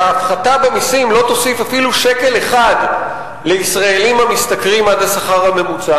ההפחתה במסים לא תוסיף אפילו שקל אחד לישראלים המשתכרים עד השכר הממוצע,